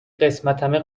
قسمتمه